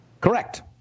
Correct